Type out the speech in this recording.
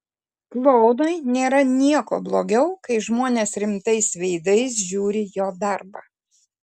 klounui nėra nieko blogiau kai žmonės rimtais veidais žiūri jo darbą